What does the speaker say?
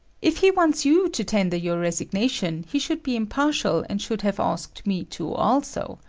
if he wants you to tender your resignation, he should be impartial and should have asked me to also.